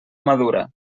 madura